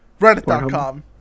reddit.com